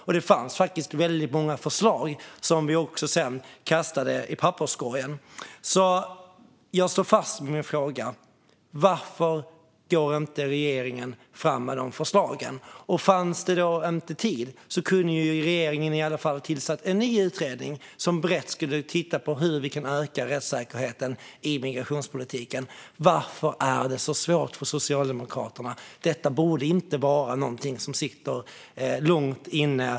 Och det fanns många förslag, som vi sedan kastade i papperskorgen. Jag står fast vid min fråga: Varför går inte regeringen fram med de förslagen? Om det inte fanns tid hade regeringen i alla fall kunnat tillsätta en ny utredning som hade kunnat titta brett på hur vi kan öka rättssäkerheten i migrationspolitiken. Varför är det så svårt för Socialdemokraterna? Detta borde inte sitta långt inne.